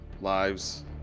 lives